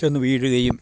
ചെന്ന് വീഴുകയും